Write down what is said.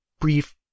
brief